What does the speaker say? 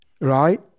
Right